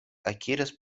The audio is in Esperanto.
akiras